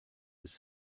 was